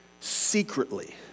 secretly